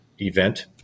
event